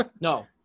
No